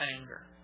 anger